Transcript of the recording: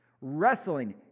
wrestling